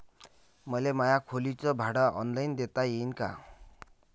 मले माया खोलीच भाड ऑनलाईन देता येईन का?